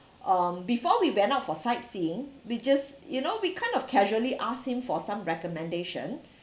um before we went out for sightseeing we just you know we kind of casually asked him for some recommendation